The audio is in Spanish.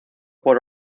por